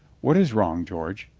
what is wrong, george?